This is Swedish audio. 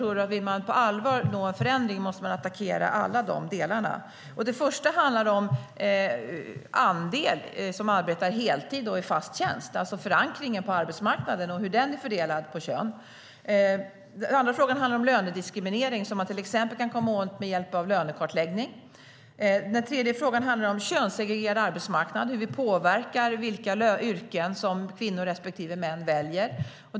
Om man på allvar vill nå en förändring måste man attackera alla dessa delar. Den första frågan handlar om den andel som arbetar heltid och i fast tjänst, alltså förankringen på arbetsmarknaden och hur den är fördelad på kön. Den andra handlar om lönediskriminering, som man till exempel kan komma åt med hjälp av lönekartläggning. Den tredje handlar om könssegregerad arbetsmarknad - hur vi påverkar vilka yrken som kvinnor respektive män väljer.